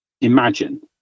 Imagine